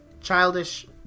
Childish